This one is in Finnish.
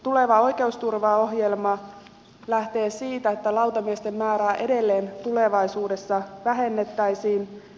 tuleva oikeusturvaohjelma lähtee siitä että lautamiesten määrää edelleen tulevaisuudessa vähennettäisiin